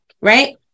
right